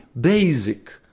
basic